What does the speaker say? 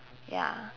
ya